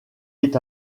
est